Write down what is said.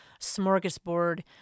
smorgasbord